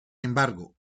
embargo